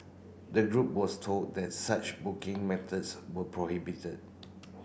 the group was told that such booking methods were prohibited